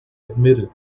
admitted